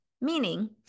meaning